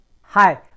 Hi